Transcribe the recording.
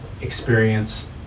experience